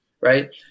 right